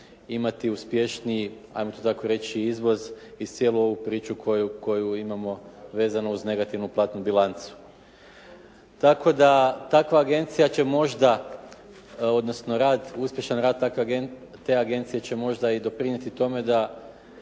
imati uspješniji, 'ajmo to tako reći izvoz i cijelu ovu priču koju imamo vezano uz platnu bilancu. Tako da takva agencija će možda, odnosno rad, uspješan rad te agencije će možda i doprinijeti tome da